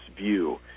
view